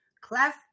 class